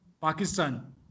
Pakistan